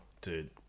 Dude